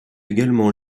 également